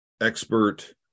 expert